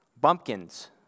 bumpkins